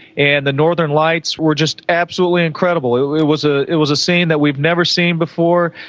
and the northern lights were just absolutely incredible. it was ah it was a scene that we've never seen before.